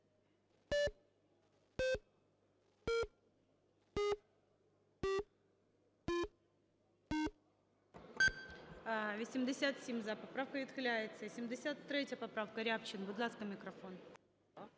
За-87 Поправка відхиляється. 73 поправка, Рябчин. Будь ласка, мікрофон.